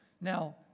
Now